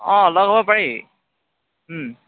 অঁ লগ হ'ব পাৰি